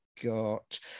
got